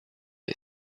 his